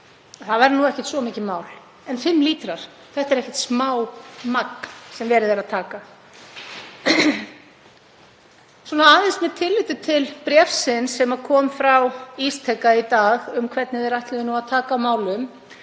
það væri ekkert svo mikið mál. En fimm lítrar, þetta er ekkert smámagn sem verið er að taka. Aðeins með tilliti til bréfsins sem kom frá Ísteka í dag, um hvernig þeir ætluðu að taka á málum,